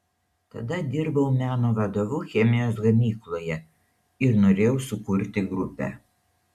tada dirbau meno vadovu chemijos gamykloje ir norėjau sukurti grupę